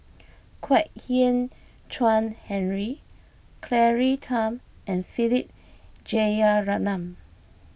Kwek Hian Chuan Henry Claire Tham and Philip Jeyaretnam